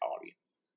audience